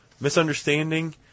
misunderstanding